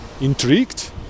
intrigued